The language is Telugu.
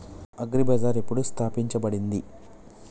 అగ్రి బజార్ ఎప్పుడు స్థాపించబడింది?